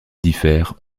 diffère